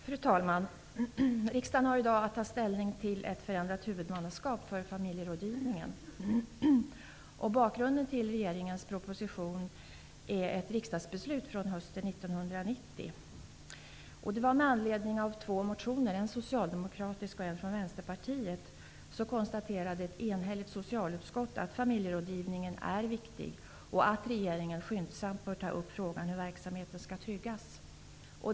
Fru talman! Riksdagen har i dag att ta ställning till ett förändrat huvudmannaskap för familjerådgivningen. Bakgrunden till regeringens proposition är ett riksdagsbeslut från hösten 1990. Med anledning av två motioner, en socialdemokratisk och en från Vänsterpartiet, konstaterade ett enhälligt socialutskott att familjerådgivningen är viktig och att regeringen skyndsamt bör ta upp frågan hur verksamheten skall tryggas.